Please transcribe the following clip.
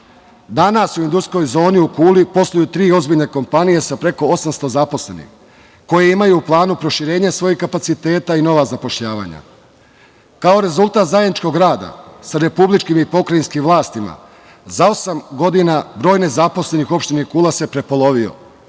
Danas u industrijskoj zoni u Kuli posluju tri ozbiljne kompanije sa preko 800 zaposlenih, koje imaju u planu proširenje svojih kapaciteta i nova zapošljavanja. Kao rezultat zajedničkog rada sa republičkim i pokrajinskim vlastima, za osam godina broj nezaposlenih u opštini Kula se prepolovio